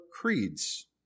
creeds